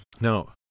No